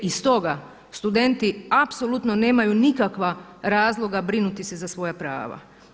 I stoga studenti apsolutno nemaju nikakva razloga brinuti se za svoja prava.